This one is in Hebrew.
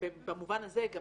במובן הזה גם